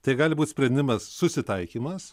tai gali būt sprendimas susitaikymas